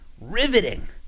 riveting